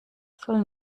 soll